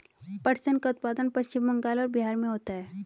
पटसन का उत्पादन पश्चिम बंगाल और बिहार में होता है